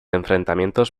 enfrentamientos